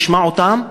תשמע אותם,